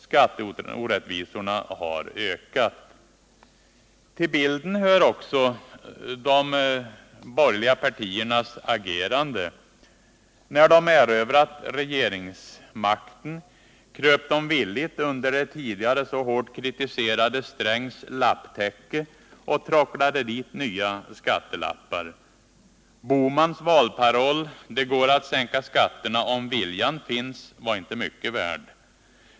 Skatteorättvisorna har ökat. Till bilden hör också de borgerliga partiernas agerande. När de erövrat regeringsmakten kröp de villigt in under det tidigare så hårt kritiserade ”Strängs lapptäcke” och tråcklade dit nya skattelappar. Bohmans valparoll: ”Det går att sänka skatterna om viljan finns” var inte mycket värd.